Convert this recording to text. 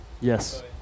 Yes